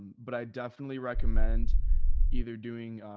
but i definitely recommend either doing,